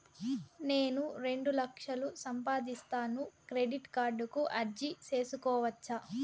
నేను రెండు లక్షలు సంపాదిస్తాను, క్రెడిట్ కార్డుకు అర్జీ సేసుకోవచ్చా?